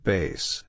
Base